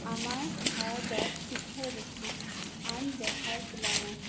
আমাৰ ভাৰতত শিক্ষা ব্যৱস্থা আন দেশৰ তুলনাত